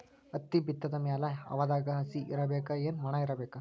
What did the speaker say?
ಹತ್ತಿ ಬಿತ್ತದ ಮ್ಯಾಲ ಹವಾದಾಗ ಹಸಿ ಇರಬೇಕಾ, ಏನ್ ಒಣಇರಬೇಕ?